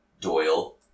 Doyle